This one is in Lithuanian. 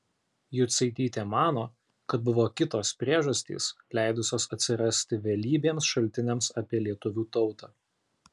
jucaitytė mano kad buvo kitos priežastys leidusios atsirasti vėlybiems šaltiniams apie lietuvių tautą